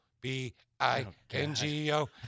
B-I-N-G-O